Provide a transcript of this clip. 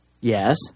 Yes